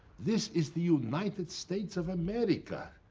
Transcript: this is the united states of america.